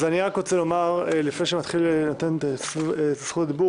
לפני שאתן את זכות הדיבור,